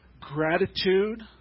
gratitude